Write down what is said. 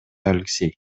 алексей